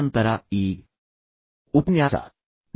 ತದನಂತರ ಈ ಉಪನ್ಯಾಸವನ್ನು ಮುಕ್ತಾಯಗೊಳಿಸುತ್ತೇನೆ